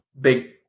big